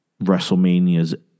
WrestleManias